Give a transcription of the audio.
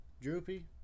Droopy